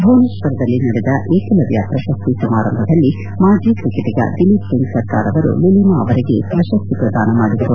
ಭುವನೇಶ್ವರದಲ್ಲಿ ನಡೆದ ಏಕಲವ್ಲ ಪ್ರಶಸ್ತಿ ಸಮಾರಂಭದಲ್ಲಿ ಮಾಜಿ ಕ್ರಿಕೆಟಗ ದಿಲೀಪ್ ವೆಂಗ್ ಸರ್ಕಾರ್ ಅವರು ಲಿಲಿಮಾ ಅವರಿಗೆ ಪ್ರಶಸ್ತಿ ಪ್ರದಾನ ಮಾಡಿದರು